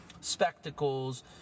spectacles